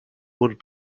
would